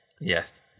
yes